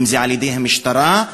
על-ידי המשטרה,